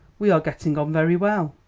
we are getting on very well.